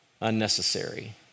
unnecessary